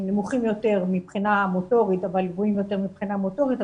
נמוכים יותר מבחינה מוטורית אבל גבוהים יותר מבחינה מוטורית,